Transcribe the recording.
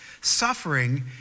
suffering